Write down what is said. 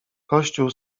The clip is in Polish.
kościół